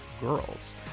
girls